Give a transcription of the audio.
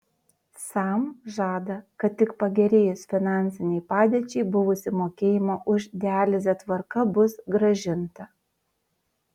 sam žada kad tik pagerėjus finansinei padėčiai buvusi mokėjimo už dializę tvarka bus grąžinta